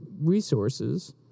resources